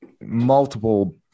multiple